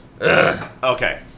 Okay